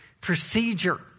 procedure